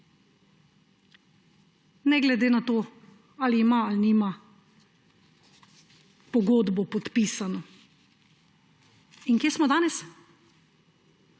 ne glede na to, ali ima ali nima pogodbo podpisano. In kje smo danes?